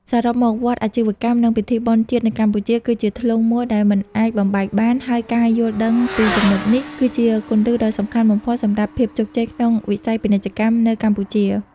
សរុបមក វដ្តអាជីវកម្ម និងពិធីបុណ្យជាតិនៅកម្ពុជា គឺជាធ្លុងមួយដែលមិនអាចបំបែកបាន ហើយការយល់ដឹងពីចំណុចនេះ គឺជាគន្លឹះដ៏សំខាន់បំផុតសម្រាប់ភាពជោគជ័យក្នុងវិស័យពាណិជ្ជកម្មនៅកម្ពុជា។